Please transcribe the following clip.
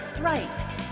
right